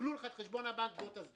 עיקלו לך את חשבון הבנק, בוא תסדיר.